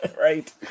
right